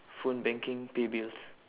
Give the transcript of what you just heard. phone banking pay bills